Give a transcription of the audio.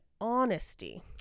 honesty